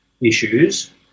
issues